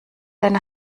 deine